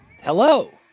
Hello